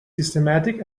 systematic